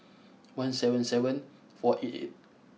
one seven seven four eight eight